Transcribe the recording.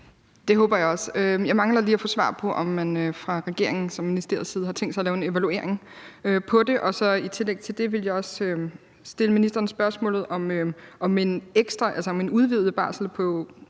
Det håber jeg også. Jeg mangler lige at få svar på, om man fra regeringen og ministeriets side har tænkt sig at lave en evaluering af det. I tillæg til det vil jeg også stille ministeren det spørgsmål, om hun kunne tænke, at en udvidet barsel på